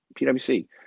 PwC